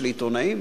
של עיתונאים,